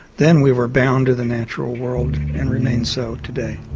then we were bound to the natural world and remain so today.